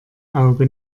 auge